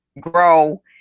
grow